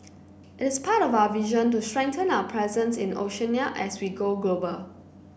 it is part of our vision to strengthen our presence in Oceania as we go global